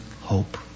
hope